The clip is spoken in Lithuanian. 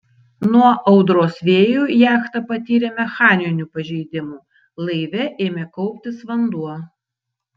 nuo audros vėjų jachta patyrė mechaninių pažeidimų laive ėmė kauptis vanduo